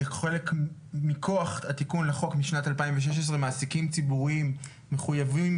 מכוח התיקון לחוק משנת 2016 מעסיקים ציבוריים מחוייבים